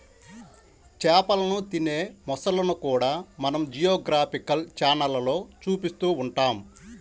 చేపలను తినే మొసళ్ళను కూడా మనం జియోగ్రాఫికల్ ఛానళ్లలో చూస్తూ ఉంటాం